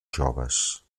joves